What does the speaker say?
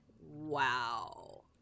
Wow